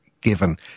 given